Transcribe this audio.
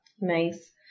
Nice